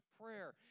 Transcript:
prayer